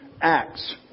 ACTS